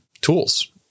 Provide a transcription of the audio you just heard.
tools